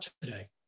today